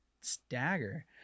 stagger